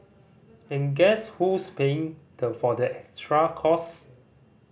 and guess who's paying for the extra costs